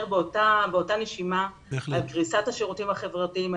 באותה נשימה על קריסת השירותים החברתיים,